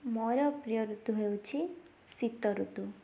ମୋର ପ୍ରିୟ ଋତୁ ହେଉଛି ଶୀତଋତୁ